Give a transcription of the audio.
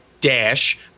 dash